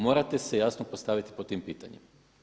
Morate se jasno postaviti po tim pitanjima.